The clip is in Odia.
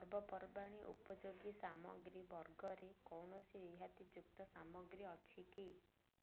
ପର୍ବପର୍ବାଣୀ ଉପଯୋଗୀ ସାମଗ୍ରୀ ବର୍ଗରେ କୌଣସି ରିହାତିଯୁକ୍ତ ସାମଗ୍ରୀ ଅଛି କି